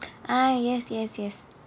ah yes yes yes